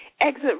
Exit